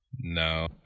No